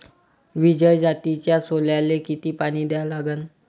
विजय जातीच्या सोल्याले किती पानी द्या लागन?